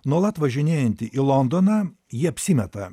nuolat važinėjanti į londoną ji apsimeta